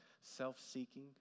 self-seeking